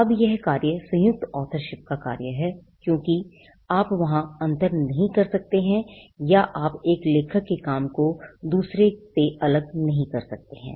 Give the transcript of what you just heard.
अब यह कार्य संयुक्त authorship का कार्य है क्योंकि आप वहां अंतर नहीं कर सकते हैं या आप एक लेखक के काम को दूसरों से अलग नहीं कर सकते हैं